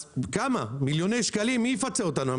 אז כמה, מיליוני שקלים, מי יפצה אותנו?